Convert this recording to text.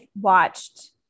watched